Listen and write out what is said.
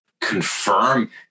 confirm